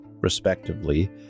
respectively